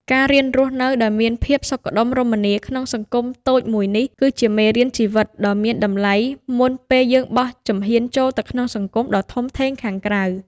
ការរៀនរស់នៅដោយមានភាពសុខដុមរមនាក្នុងសង្គមតូចមួយនេះ គឺជាមេរៀនជីវិតដ៏មានតម្លៃមុនពេលយើងបោះជំហានចូលទៅក្នុងសង្គមដ៏ធំធេងខាងក្រៅ។